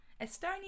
Estonia